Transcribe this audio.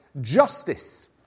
justice